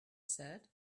said